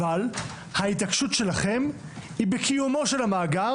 אבל ההתעקשות שלכם היא בקיומו של המאגר